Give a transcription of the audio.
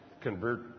convert